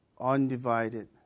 undivided